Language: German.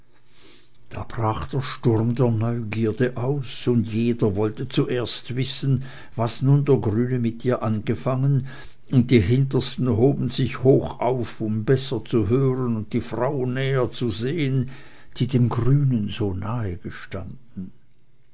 da brach der sturm der neugierde aus und jeder wollte zuerst wissen was nun der grüne mit ihr angefangen und die hintersten hoben sich hochauf um besser zu hören und die frau näher zu sehen die dem grünen so nahe gestanden